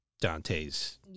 Dante's